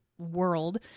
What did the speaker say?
world